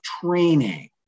training